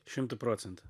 šimtu procentų